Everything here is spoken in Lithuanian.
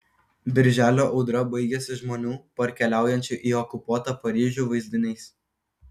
birželio audra baigiasi žmonių parkeliaujančių į okupuotą paryžių vaizdiniais